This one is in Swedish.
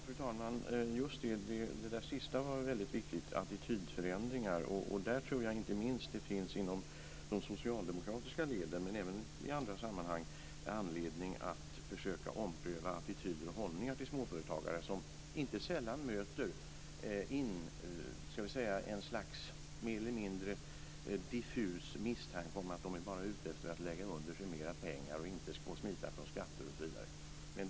Fru talman! Just det. Det sista är väldigt viktigt, nämligen attitydförändringar. Där tror jag inte minst det inom de socialdemokratiska leden, men även i andra sammanhang, finns anledning att försöka ompröva attityder och hållningar till småföretagare. Inte sällan möter de en mer eller mindre diffus misstanke om att de bara är ute efter att lägga under sig mer pengar, smita från skatter, osv.